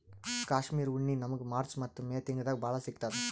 ಕಾಶ್ಮೀರ್ ಉಣ್ಣಿ ನಮ್ಮಗ್ ಮಾರ್ಚ್ ಮತ್ತ್ ಮೇ ತಿಂಗಳ್ದಾಗ್ ಭಾಳ್ ಸಿಗತ್ತದ್